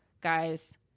guys